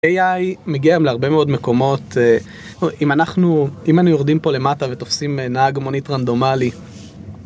AI מגיע היום הרבה מאוד מקומות, אם היינו יורדים פה למטה ותופסים נהג מונית רנדומלי